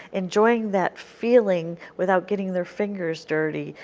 enjoying that feeling without getting their fingers dirty.